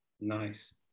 Nice